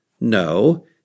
No